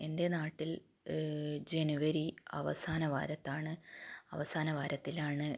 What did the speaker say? എൻ്റെ നാട്ടിൽ ജനുവരി അവസാന വാരത്താണ് അവസാന വാരത്തിലാണ്